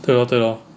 对 lor 对 lor